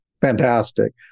Fantastic